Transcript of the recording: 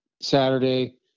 saturday